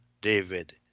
David